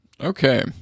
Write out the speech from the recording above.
Okay